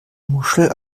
muschel